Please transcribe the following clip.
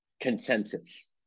consensus